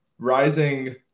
rising